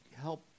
help